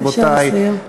רבותי,